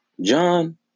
John